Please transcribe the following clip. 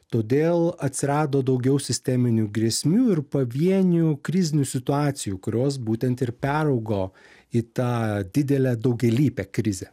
todėl atsirado daugiau sisteminių grėsmių ir pavienių krizinių situacijų kurios būtent ir peraugo į tą didelę daugialypę krizę